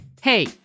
Hey